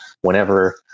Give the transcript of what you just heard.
whenever